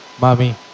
mommy